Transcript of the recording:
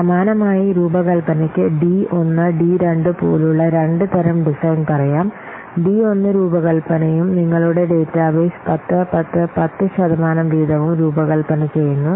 സമാനമായി രൂപകൽപ്പനയ്ക്ക് D 1 D 2 പോലുള്ള രണ്ട് തരം ഡിസൈൻ പറയാം ഡി 1 രൂപകൽപ്പനയും നിങ്ങളുടെ ഡാറ്റാബേസ് 10 10 10 ശതമാനം വീതവും രൂപകൽപ്പന ചെയ്യുന്നു